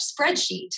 spreadsheet